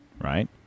right